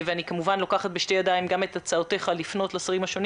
אני כמובן לוקחת בשתי ידיים גם את הצעותיך לפנות לשרים השונים